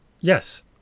Yes